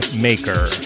maker